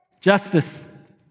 Justice